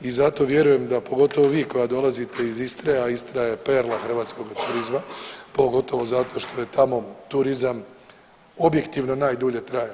I zato vjerujem da pogotovo vi koja dolazite iz Istre, a Istra je perla hrvatskog turizma, pogotovo zato što je tamo turizam objektivno najdulje trajao.